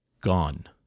Gone